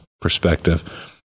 perspective